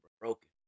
broken